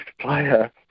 player